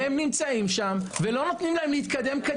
והם נמצאים שם ולא נותנים להם להתקדם.